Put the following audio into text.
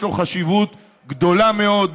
יש לו חשיבות גדולה מאוד,